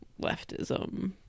leftism